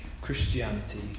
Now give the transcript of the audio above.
Christianity